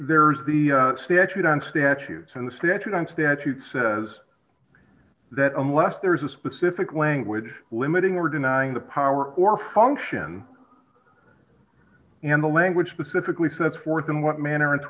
there's the statute on statutes and the statute on statute says that unless there's a specific language limiting or denying the power or function and the language specifically sets forth in what manner and to